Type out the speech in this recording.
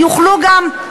שיוכלו גם,